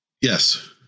Yes